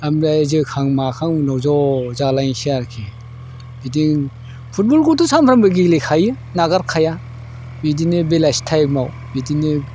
ओमफ्राय जोखां माखां उनाव ज' जालायनोसै आरोखि बिदि फुटबलखौथ' सानफ्रोमबो गेलेखायो नागारखाया बिदिनो बेलासि टाइमाव बिदिनो